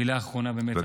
מילה אחרונה באמת,